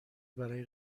برای